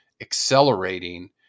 accelerating